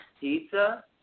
Pizza